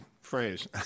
phrase